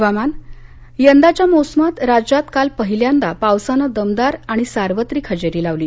हवामान यंदाच्या मोसमात राज्यात काल पहिल्यंदा पावसानं दमदार आणि सार्वत्रिक हजेरी लावली